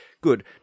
Good